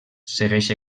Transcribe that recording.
segueix